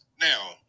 Now